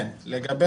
לגבי